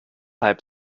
halb